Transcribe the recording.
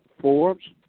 Forbes